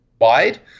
wide